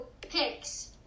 picks